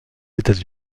états